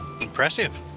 Impressive